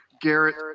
Garrett